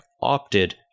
opted